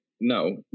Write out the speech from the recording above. no